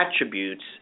attributes